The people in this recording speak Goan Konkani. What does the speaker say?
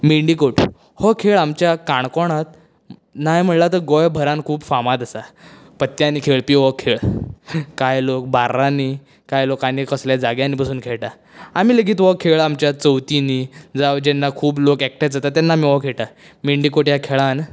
मेंडिकोट हो खेळ आमच्या काणकोणांत नाय म्हणळ्यार आतां गोंय भरांत खूब फामाद आसा पत्त्यांनी खेळपी हो खेळ कांय लोक बार्रांनी कांय लोक आनी कसले जाग्यान बसून खेळटा आमी लेगीत हो खेळ आमच्या चवथिनी जावं जेन्ना खूब लोक एकठांय जाता तेन्ना आमी हो खेळटा मेंडिकोट ह्या खेळांत